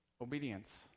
obedience